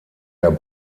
der